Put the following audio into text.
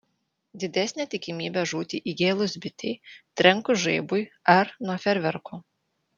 didesnė tikimybė žūti įgėlus bitei trenkus žaibui ar nuo fejerverkų